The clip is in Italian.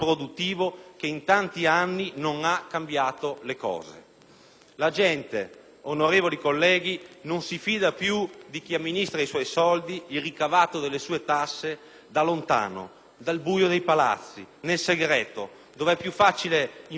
La gente, onorevoli colleghi, non si fida più di chi amministra i suoi soldi, il ricavato delle sue tasse, da lontano, dal buio dei palazzi, nel segreto, dove è più facile imbastire favori, dove si causano sprechi senza che nessuno